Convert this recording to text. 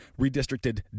redistricted